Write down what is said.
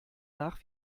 nach